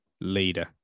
leader